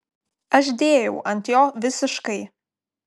aš dėjau ant jo visiškai